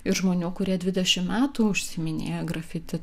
ir žmonių kurie dvidešimt metų užsiiminėja grafiti